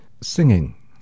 singing